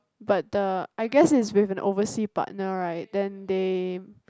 but the I guess it's with an oversea partner right then they